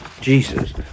Jesus